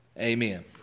Amen